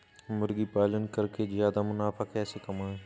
मुर्गी पालन करके ज्यादा मुनाफा कैसे कमाएँ?